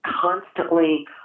constantly